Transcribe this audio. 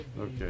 Okay